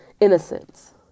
innocence